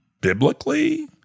biblically